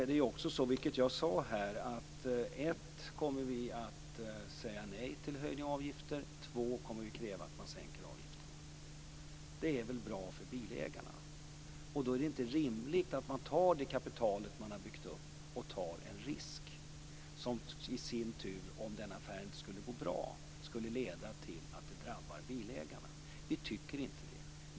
Det är ju också så, vilket jag sade här: För det första kommer vi att säga nej till höjda avgifter och för det andra kommer vi att kräva att man sänker avgifterna. Det är väl bra för bilägarna? Då är det inte rimligt att man tar det kapital man har byggt upp och tar en risk som i sin tur, om affären inte skulle gå bra, skulle leda till att bilägarna drabbas. Vi tycker inte det.